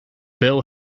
bill